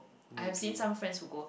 I have seen some friends who go